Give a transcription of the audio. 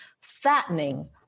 fattening